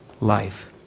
life